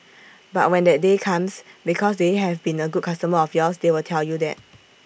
but when that day comes because they have been A good customer of yours they will tell you that